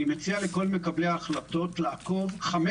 אני מציע לכל מקבלי ההחלטות לעקוב חמש